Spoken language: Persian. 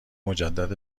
مجدد